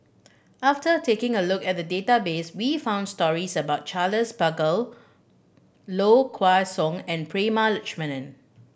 after taking a look at the database we found stories about Charles Paglar Low Kway Song and Prema Letchumanan